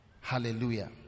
Hallelujah